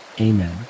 Amen